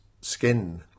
skin